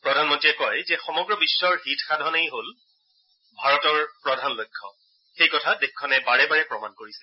প্ৰধানমন্ত্ৰীয়ে কয় যে সমগ্ৰ বিশ্বৰ হিত সাধনেই যে ভাৰতৰ প্ৰধান লক্ষ্য সেই কথা দেশখনে বাৰে বাৰে প্ৰমাণ কৰিছে